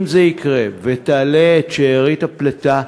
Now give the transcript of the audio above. אם זה יקרה ותעלה את שארית הפליטה,